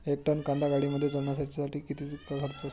एक टन कांदा गाडीमध्ये चढवण्यासाठीचा किती खर्च आहे?